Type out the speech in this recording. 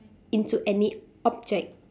into any object